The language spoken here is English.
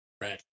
Right